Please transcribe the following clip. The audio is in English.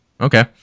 Okay